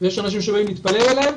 יש אנשים שבאים להתפלל אליהם,